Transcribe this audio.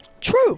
True